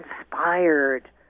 inspired